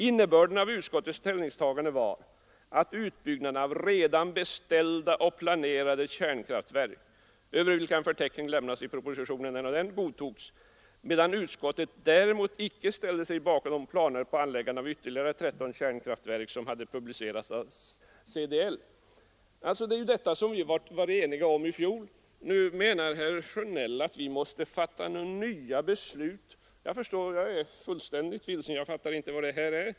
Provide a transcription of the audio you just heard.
Innebörden av utskottets ställningstagande var att utbyggnaden av redan beställda och planerade kärnkraftverk — över vilka en förteckning lämnades i propositionen — godtogs, medan utskottet däremot inte ställde sig bakom de planer på anläggande av ytterligare 13 kärnkraftverk som presenterades i propositionen med åberopande av en studie som publicerats av CDL företagens samarbetsorgan.” Det är detta som vi var eniga om i fjol. Nu menar herr Sjönell att vi måste fatta nya beslut.